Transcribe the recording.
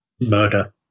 murder